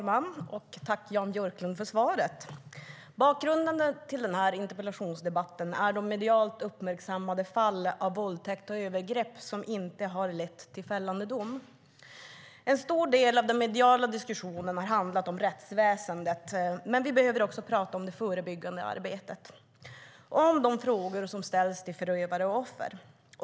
Fru talman! Tack, Jan Björklund för svaret! Bakgrunden till den här interpellationsdebatten är de medialt uppmärksammade fall av våldtäkt och övergrepp som inte har lett till fällande dom. En stor del av den mediala diskussionen har handlat om rättsväsendet. Men vi behöver också prata om det förebyggande arbetet, om de frågor som ställs till förövare och offer.